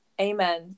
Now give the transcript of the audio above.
Amen